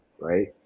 right